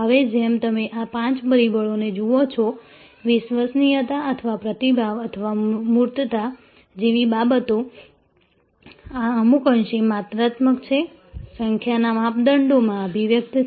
હવે જેમ તમે આ પાંચ પરિબળોને જુઓ છો વિશ્વસનીયતા અથવા પ્રતિભાવ અથવા મૂર્તતા જેવી બાબતો આ અમુક અંશે માત્રાત્મક છે સંખ્યાના માપદંડોમાં અભિવ્યક્ત છે